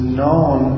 known